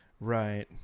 Right